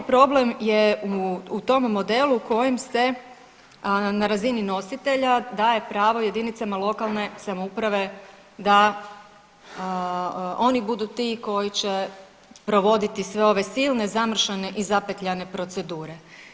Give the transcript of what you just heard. Osnovni problem je u tom modelu u kojem se, a na razini nositelja daje pravo jedinicama lokalne samouprave da oni budu ti koji će provoditi sve ove silne zamršene i zapetljane procedure.